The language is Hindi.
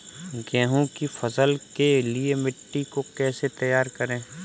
गेहूँ की फसल के लिए मिट्टी को कैसे तैयार करें?